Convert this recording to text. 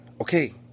Okay